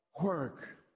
work